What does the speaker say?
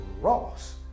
Ross